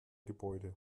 gebäude